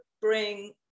bring